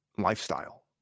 lifestyle